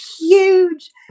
huge